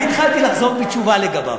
אני התחלתי לחזור בתשובה לגביו.